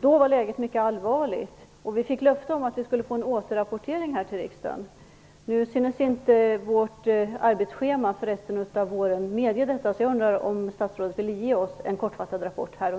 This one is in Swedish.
Då var läget mycket allvarligt. Vi fick löfte om att vi skulle få en återrapportering till riksdagen. Nu synes vårt arbetsschema för resten av våren inte medge detta, så jag undrar om statsrådet vill ge oss en kortfattad rapport här och nu.